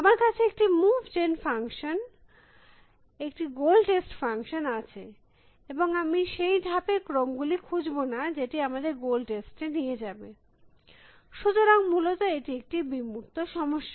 আমার কাছে একটি মুভ জেন ফাংশন লক্ষ টেস্ট ফাংশন আছে এবং আমি সেই ধাপের ক্রম গুলি খুঁজব না যেটি আমাদের লক্ষিত টেস্ট এ নিয়ে যাবে সুতরাং মূলত এটি একটি বিমূর্ত সমস্যা